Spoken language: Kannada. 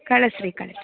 ಕಳಿಸ್ ರೀ ಕಳಿಸ್ ರೀ